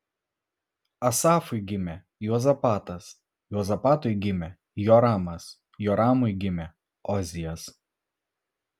asafui gimė juozapatas juozapatui gimė joramas joramui gimė ozijas